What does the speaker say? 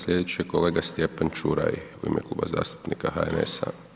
Sljedeći je kolega Stjepan Čuraj u ime Kluba zastupnika HNS-a.